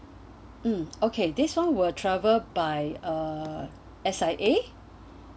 mm okay this [one] will travel by uh S_I_A